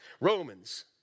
Romans